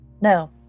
No